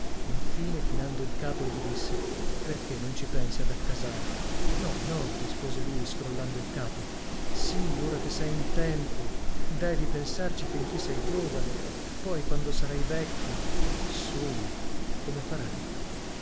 infine chinando il capo gli disse perchè non ci pensi ad accasarti no no rispose lui scrollando il capo sì ora che sei in tempo devi pensarci finchè sei giovane poi quando sarai vecchio e solo come farai